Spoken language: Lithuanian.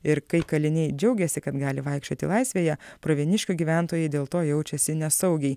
ir kai kaliniai džiaugiasi kad gali vaikščioti laisvėje pravieniškių gyventojai dėl to jaučiasi nesaugiai